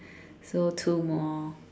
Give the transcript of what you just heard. so two more